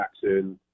jackson